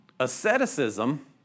Asceticism